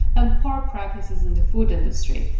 and poor practices in the food industry,